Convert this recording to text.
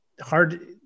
hard